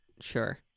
sure